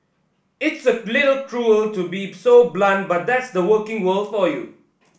it's a little cruel to be so blunt but that's the working world for you